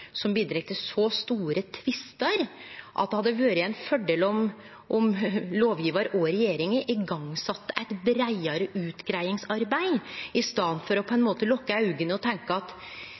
som bidreg til så store tvistar, hadde det vore ein fordel om lovgjevaren og regjeringa sette i gang eit breiare utgreiingsarbeid i staden for å lukke auga og tenkje at ja, dette er det beste me kan få til? For eg innrømmer at